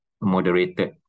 moderated